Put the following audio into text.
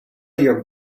your